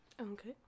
Okay